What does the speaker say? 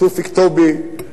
תופיק טובי,